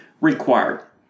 required